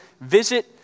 visit